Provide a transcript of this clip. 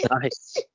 Nice